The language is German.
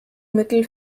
mittel